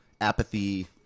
apathy